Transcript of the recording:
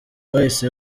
bahise